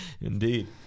Indeed